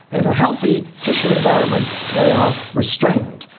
and a healthy tissue environment they are restrained.